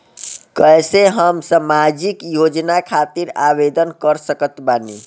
कैसे हम सामाजिक योजना खातिर आवेदन कर सकत बानी?